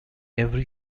every